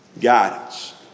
guidance